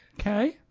Okay